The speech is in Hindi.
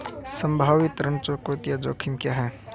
संभावित ऋण चुकौती जोखिम क्या हैं?